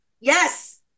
yes